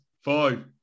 Five